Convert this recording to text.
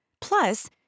Plus